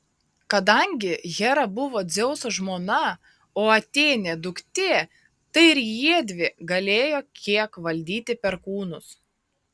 kadangi hera buvo dzeuso žmona o atėnė duktė tai ir jiedvi galėjo kiek valdyti perkūnus